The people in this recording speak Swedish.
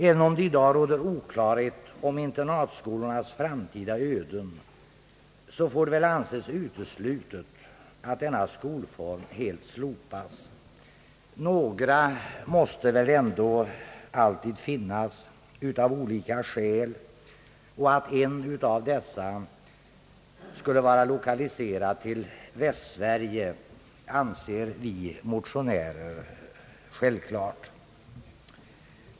Även om det i dag råder oklarhet om internatskolornas framtid, får det anses uteslutet att denna skolform helt slopas. Några måste väl ändå alltid finnas av olika skäl, och att en av dessa skulle vara lokaliserad till Västsverige anser vi motionärer självklart.